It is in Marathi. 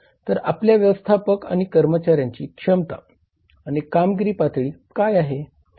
तर आपल्या व्यवस्थापक आणि कर्मचाऱ्यांची क्षमता आणि कामगिरी पातळी काय आहे